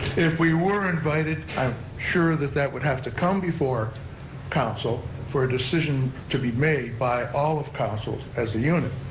if we were invited, i am sure that that would have to come before council for a decision to be made by all of council as a unit.